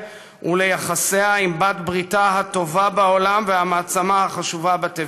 וליחסיה עם בעלת בריתה הטובה בעולם והמעצמה החשובה בתבל.